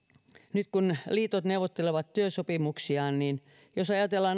nyt kun liitot neuvottelevat työsopimuksistaan niin jos ajatellaan